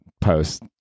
post